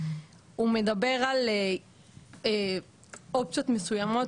הוא מדבר על אופציות מסוימות,